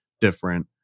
different